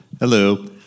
Hello